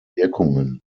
wirkungen